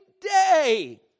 day